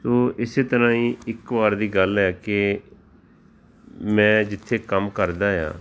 ਤੋਂ ਇਸੇ ਤਰ੍ਹਾਂ ਹੀ ਇੱਕ ਵਾਰ ਦੀ ਗੱਲ ਹੈ ਕਿ ਮੈਂ ਜਿੱਥੇ ਕੰਮ ਕਰਦਾ ਆ